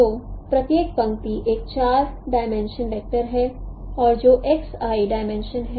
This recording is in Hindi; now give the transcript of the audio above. तो प्रत्येक पंक्ति एक 4 डाईमेंशन वेक्टर है और जो डाईमेंशन है